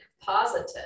positive